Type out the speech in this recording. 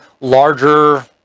larger